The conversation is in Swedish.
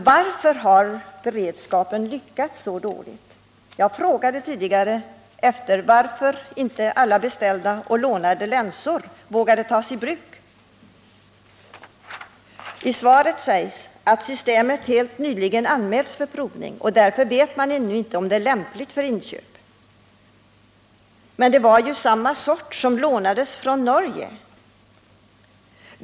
Varför har då beredskapen lyckats så dåligt? Jag har tidigare frågat varför man inte vågade ta alla beställda eller lånade länsor i bruk. I svaret sägs att systemet helt nyligen anmälts för provning och att man därför ännu inte vet om det är lämpligt för inköp. Men det var ju samma sorts system som det som lånades från Norge.